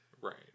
Right